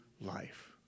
life